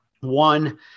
One